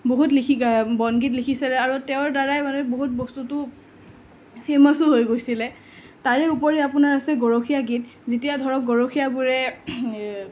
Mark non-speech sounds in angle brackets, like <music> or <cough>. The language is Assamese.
বহুত লিখি <unintelligible> বনগীত লিখিছে আৰু তেওঁৰ দ্বাৰাই মানে আৰু বহুত বস্তুটো ফেমাছো হৈ গৈছিলে তাৰে ওপৰি আপোনাৰ আছে গৰখীয়া গীত যেতিয়া ধৰক গৰখীয়াবোৰে